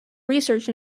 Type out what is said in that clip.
research